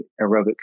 aerobic